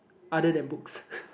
other than books